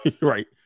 Right